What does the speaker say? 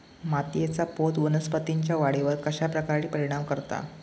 मातीएचा पोत वनस्पतींएच्या वाढीवर कश्या प्रकारे परिणाम करता?